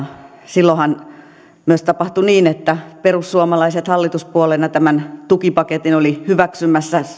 silloinhan myös tapahtui niin että perussuomalaiset hallituspuolueena tämän tukipaketin olivat hyväksymässä